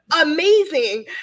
amazing